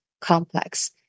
complex